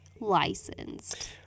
licensed